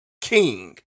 king